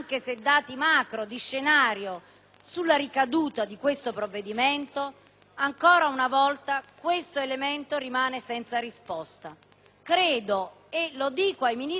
sulla ricaduta di questo provvedimento, ma ancora una volta questo elemento rimane senza risposta. Dico ai Ministri più sensibili, che hanno lavorato